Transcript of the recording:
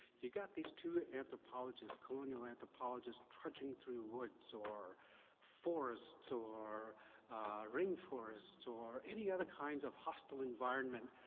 you got these two anthropologists, colonial anthropologists charging through woods or forests or rainforests or any other kinds of hostile environment.